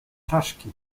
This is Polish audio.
czaszki